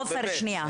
עופר שנייה,